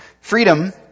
Freedom